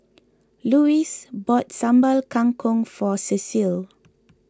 Louis bought Sambal Kangkong for Cecile